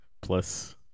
plus